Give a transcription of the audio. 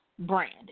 Brand